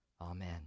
Amen